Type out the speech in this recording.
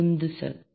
உந்து சக்தி